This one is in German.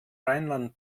rheinland